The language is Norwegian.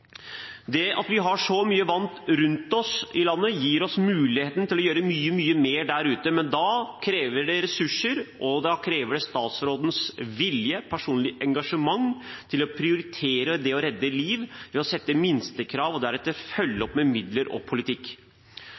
Det at vi har så mye vann rundt oss her i landet, gir oss muligheten til å gjøre mye mer der ute, men det krever ressurser – og det krever statsrådens vilje og personlige engasjement – til å prioritere det å redde liv ved å sette minstekrav og deretter følge opp med midler og politikk.